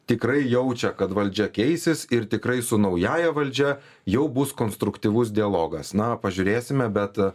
tikrai jaučia kad valdžia keisis ir tikrai su naująja valdžia jau bus konstruktyvus dialogas na pažiūrėsime bet